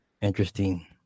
interesting